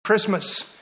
Christmas